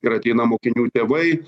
ir ateina mokinių tėvai